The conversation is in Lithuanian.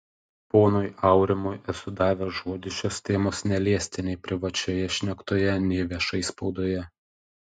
ponui aurimui esu davęs žodį šios temos neliesti nei privačioje šnektoje nei viešai spaudoje